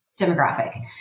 demographic